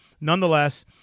nonetheless